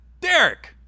Derek